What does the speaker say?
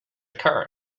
occur